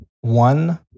One